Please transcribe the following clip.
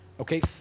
Okay